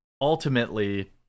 ultimately